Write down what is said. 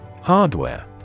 Hardware